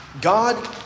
God